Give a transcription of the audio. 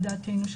לדעתנו,